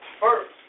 first